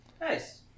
Nice